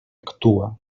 actua